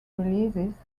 releases